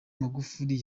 magufuli